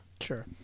Sure